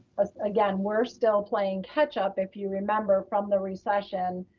again, we're still playing catch up. if you remember, from the recession,